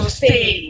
Stay